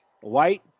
White